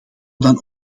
dan